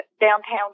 downtown